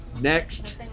Next